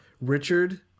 Richard